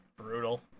Brutal